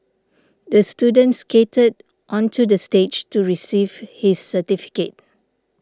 the student skated onto the stage to receive his certificate